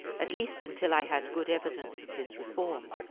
at least until i had good evidence of his reform.